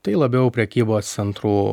tai labiau prekybos centrų